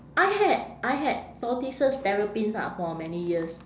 I had I had tortoises terrapins ah for many years